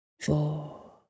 four